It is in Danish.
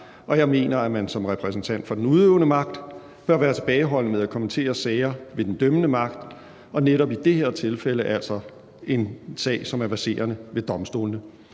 og jeg mener, at man som repræsentant for den udøvende magt bør være tilbageholdende med at kommentere sager ved den dømmende magt – netop i det her tilfælde altså en sag, som er en verserende sag ved domstolene.